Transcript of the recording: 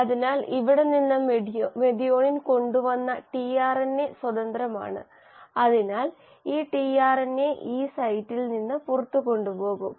അതിനാൽ ഇവിടെ നിന്ന് മെഥിയോണിൻ കൊണ്ടു വന്ന ടിആർഎൻഎ സ്വാതന്ത്രമാണ് അതിനാൽ ഈ ടിആർഎൻഎ ഇ സൈറ്റിൽ നിന്ന് പുറത്തുപോകും